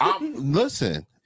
Listen